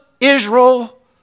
Israel